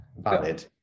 valid